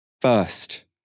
first